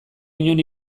inon